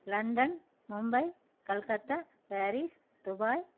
London Mumbai Calcutta Paris Dubai